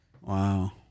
Wow